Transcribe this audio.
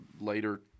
later